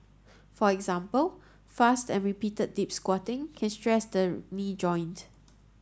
for example fast and repeated deep squatting can stress the knee joint